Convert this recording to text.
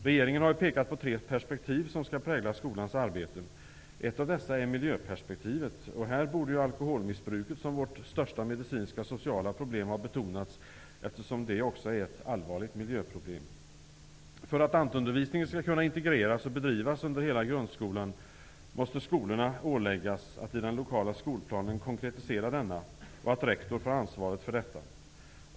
Regeringen har pekat på tre perspektiv som skall prägla skolans arbete. Ett av dessa är miljöperspektivet. Alkoholmissbruket, som är vårt största medicinska och sociala problem, borde ha betonats, eftersom det är ett allvarligt miljöproblem. För att ANT-undervisningen skall kunna integreras och bedrivas under hela grundskolan måste skolorna åläggas att i den lokala skolplanen konkretisera denna undervisning. Rektorerna skall ha ansvaret för detta.